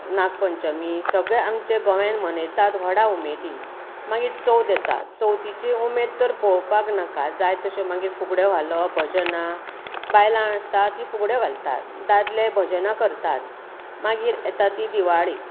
नागपंचमी सगळे आमच्या गोंयांत मनयतात व्हडा उमेदीन मागीर चवथ येता चवथीची उमेद तर पळोवपाक नाका जाय तशे मागीर फुगड्यो घालप भजनां बायलां आसता तीं फुगड्यो घालतात दादले भजनां करतात मागीर येता ती दिवाळी